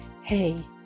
Hey